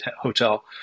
hotel